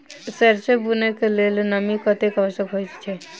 सैरसो बुनय कऽ लेल नमी कतेक आवश्यक होइ छै?